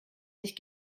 sich